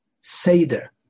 Seder